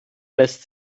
lässt